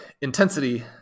intensity